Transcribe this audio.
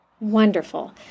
Wonderful